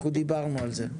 אנחנו דיברנו על זה.